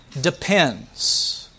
depends